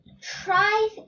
try